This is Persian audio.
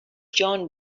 جان